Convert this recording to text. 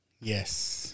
Yes